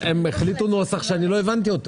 הם החליטו על נוסח שלא הבנתי.